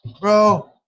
Bro